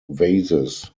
vases